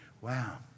Wow